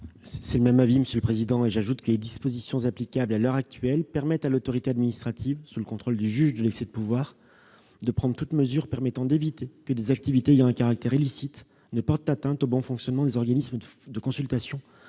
partage l'avis de la commission. Au demeurant, les dispositions applicables à l'heure actuelle permettent à l'autorité administrative, sous le contrôle du juge de l'excès de pouvoir, de prendre toutes mesures permettant d'éviter que des activités ayant un caractère illicite ne portent atteinte au bon fonctionnement des organismes de consultation